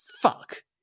fuck